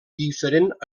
diferent